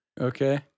Okay